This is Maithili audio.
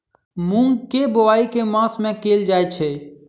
मूँग केँ बोवाई केँ मास मे कैल जाएँ छैय?